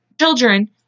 children